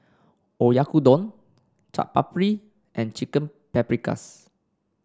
Oyakodon Chaat Papri and Chicken Paprikas